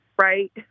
right